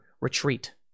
Retreat